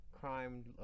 crime